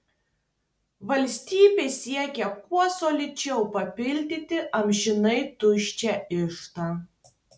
valstybė siekia kuo solidžiau papildyti amžinai tuščią iždą